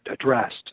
addressed